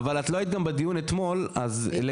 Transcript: אבל את לא היית גם בדיון אתמול אז -- מצטערת,